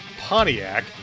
Pontiac